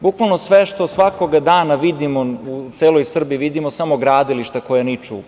Bukvalno sve što svakog dana vidimo u celoj Srbiji vidimo samo gradilišta koja niču.